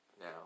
now